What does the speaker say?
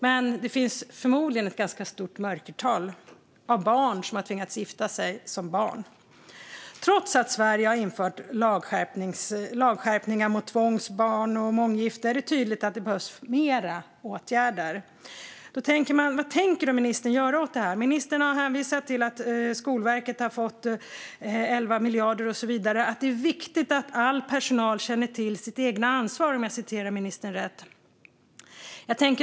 Men det finns förmodligen ett ganska stort mörkertal av barn som har tvingats gifta sig som barn. Trots att Sverige har infört lagskärpningar mot tvångs-, barn och månggifte är det tydligt att det behövs mer åtgärder. Vad tänker ministern göra åt detta? Ministern har hänvisat till att Skolverket har fått 11 miljarder och så vidare och att det är viktigt att all personal känner till sitt eget ansvar, om jag citerar ministern rätt.